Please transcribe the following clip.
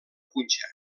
punxa